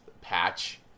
patch